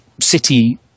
city –